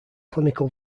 clinical